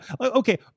okay